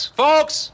folks